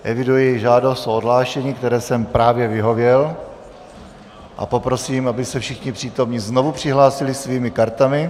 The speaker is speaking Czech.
Eviduji žádost o odhlášení, které jsem právě vyhověl, a poprosím, aby se všichni přítomní znovu přihlásili svými kartami.